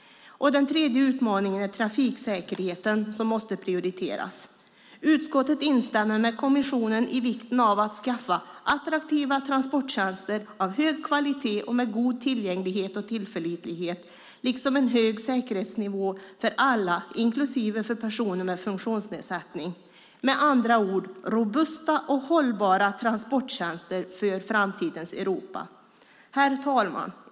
Den tredje utmaningen är trafiksäkerheten som måste prioriteras. Utskottet instämmer med kommissionen i vikten av att skapa attraktiva transporttjänster av hög kvalitet och med god tillgänglighet och tillförlitlighet liksom en hög säkerhetsnivå för alla, inklusive personer med funktionsnedsättning, med andra ord robusta och hållbara transporttjänster för framtidens Europa. Herr talman!